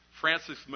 Francis